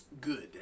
good